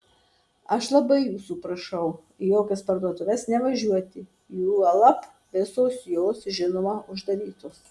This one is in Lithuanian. aš labai jūsų prašau į jokias parduotuves nevažiuoti juolab visos jos žinoma uždarytos